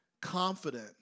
confident